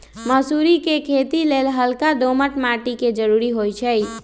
मसुरी कें खेति लेल हल्का दोमट माटी के जरूरी होइ छइ